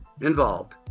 involved